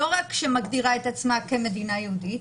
לא רק שמגדירה את עצמה כמדינה יהודית,